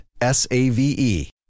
S-A-V-E